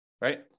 right